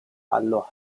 allo